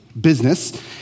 business